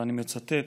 ואני מצטט: